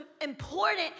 important